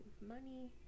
money